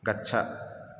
गच्छ